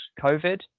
COVID